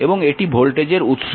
এবং এটি ভোল্টেজের উৎস